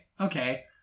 Okay